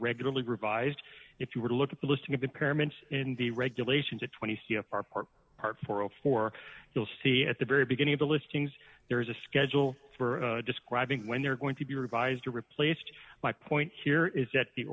regularly revised if you were to look at the listing of impairments in the regulations at twenty c f r part part four of four you'll see at the very beginning of the listings there is a schedule for describing when they're going to be revised or replaced my point here is that the